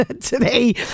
today